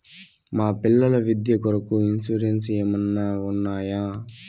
మా పిల్లల విద్య కొరకు ఇన్సూరెన్సు ఏమన్నా ఉన్నాయా?